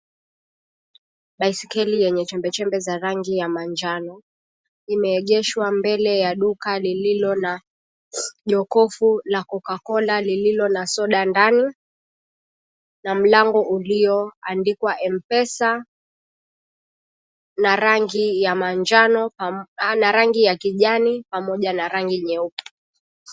Baiskeli yenye chembechembe ya rangi za manjano, imeegeshwa mbele ya duka lililo na jokofu la Cocacola lililo na soda ndani, na mlango ulioandikwa Mpesa na rangi ya manjano na rangi ya kijani pamoja na rangi nyeupe.